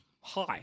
Hi